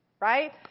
right